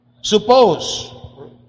Suppose